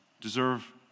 deserve